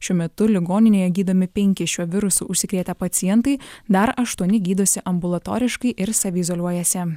šiuo metu ligoninėje gydomi penki šiuo virusu užsikrėtę pacientai dar aštuoni gydosi ambulatoriškai ir savi izoliuojasi